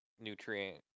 nutrient